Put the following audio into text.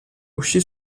uscì